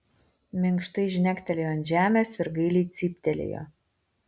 minkštai žnektelėjo ant žemės ir gailiai cyptelėjo